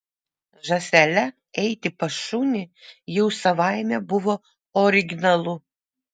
žąsele eiti pas šunį jau savaime buvo originalu